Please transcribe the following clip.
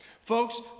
Folks